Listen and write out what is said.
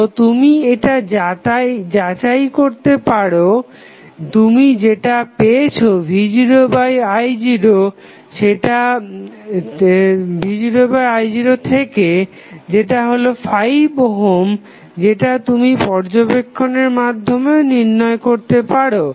তো তুমি এটা যাচাই করতে পারো যেটা তুমি পেয়েছো v0i0 থেকে যেটা হলো 5 ওহম যেটা তুমি পর্যবেক্ষণের মাধ্যমেও নির্ণয় করতে পারো